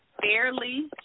fairly